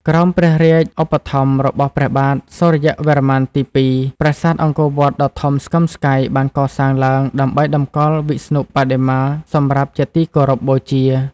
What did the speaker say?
ក្រោមព្រះរាជឧបត្ថម្ភរបស់ព្រះបាទ សូរ្យវរ្ម័នទី២ ប្រាសាទអង្គរវត្តដ៏ធំស្កឹមស្កៃបានកសាងឡើងដើម្បីតម្កល់វិស្ណុបដិមាសម្រាប់ជាទីគោរពបូជា ។